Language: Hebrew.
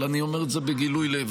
אבל אני אומר את זה בגילוי לב.